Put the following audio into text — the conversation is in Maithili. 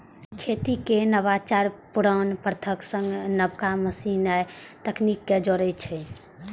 खेती मे नवाचार पुरान प्रथाक संग नबका मशीन आ तकनीक कें जोड़ै छै